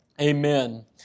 Amen